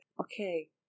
Okay